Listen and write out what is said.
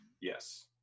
Yes